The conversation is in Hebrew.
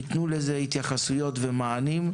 ניתנו לזה התייחסויות ומענים,